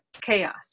chaos